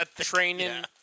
training